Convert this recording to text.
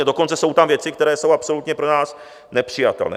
Dokonce jsou tam věci, které jsou absolutně pro nás nepřijatelné.